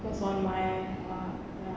focus on my uh